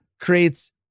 creates